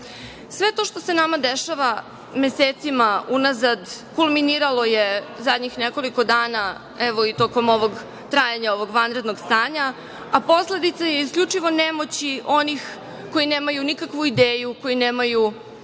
to što se nama dešava mesecima unazad kulminiralo je zadnjih nekoliko dana, evo i tokom trajanja ovog vanrednog stanja, a posledica je isključivo nemoć onih koji nemaju nikakvu ideju, koji nemaju